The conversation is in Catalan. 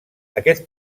aquest